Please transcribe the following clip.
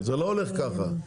זה לא הולך ככה.